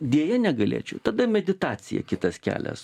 deja negalėčiau tada meditacija kitas kelias